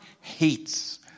hates